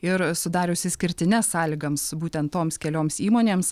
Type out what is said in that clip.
ir sudarius išskirtines sąlygams būtent toms kelioms įmonėms